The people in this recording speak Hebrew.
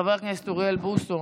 חבר הכנסת אוריאל בוסו,